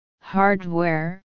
hardware